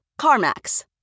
CarMax